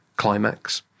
climax